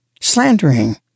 slandering